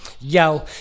Yo